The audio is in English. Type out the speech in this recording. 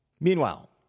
meanwhile